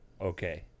Okay